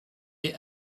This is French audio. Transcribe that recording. est